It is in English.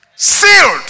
Sealed